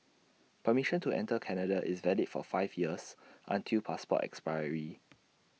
permission to enter Canada is valid for five years until passport expiry